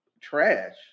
trash